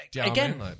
again